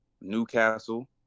Newcastle